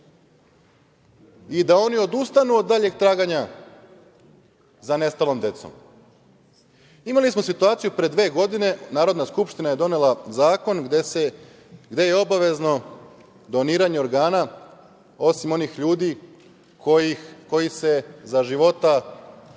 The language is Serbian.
i da oni odustanu od daljeg traganja za nestalom decom. Imali smo situaciju pre dve godine kada je Narodna skupština donela zakon gde je obavezno doniranje organa, osim onih ljudi koji se za života ne